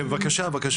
בבקשה.